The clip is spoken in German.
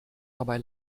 dabei